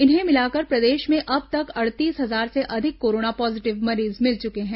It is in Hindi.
इन्हें मिलाकर प्रदेश में अब तक अड़सठ हजार से अधिक कोरोना पॉजिटिव मरीज मिल चुके हैं